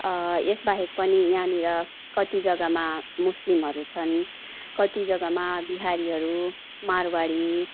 यसबाहेक पनि यहाँनिर कति जग्गामा मुस्लिमहरू छन् कति जग्गामा बिहारीहरू माडवाडी